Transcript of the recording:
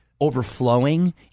overflowing